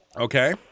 Okay